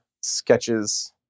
sketches